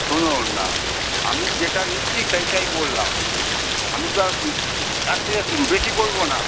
শুনুন না আমি যেটা নিচ্ছি সেটাই বললাম আমি তো আর তার থেকে বেশি বলব না